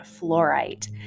Fluorite